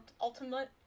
Ultimate